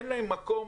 כי אין להם מקום.